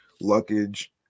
luggage